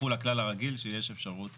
יחול הכלל הרגיל שיש אפשרות